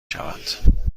شود